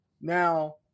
Now